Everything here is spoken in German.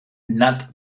nad